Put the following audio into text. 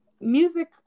music